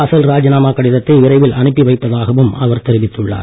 அசல் ராஜினாமா கடிதத்தை விரைவில் அனுப்பி வைப்பதாகவும் அவர் தெரிவித்துள்ளார்